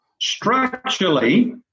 structurally